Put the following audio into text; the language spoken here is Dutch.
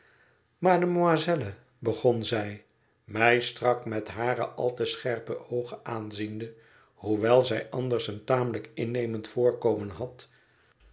mademoiselle begon zij mij strak met hare al te scherpe oogen aanziende hoewel zij anders een tamelijk innemend voorkomen had